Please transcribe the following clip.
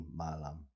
malam